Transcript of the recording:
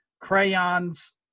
crayons